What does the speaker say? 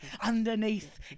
underneath